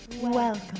Welcome